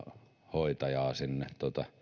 hoitajaa sinne